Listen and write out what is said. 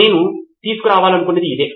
నేను తీసుకురావాలనుకున్నది ఇదే